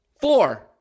four